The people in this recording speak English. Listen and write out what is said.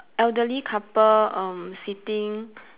elderly couple um sitting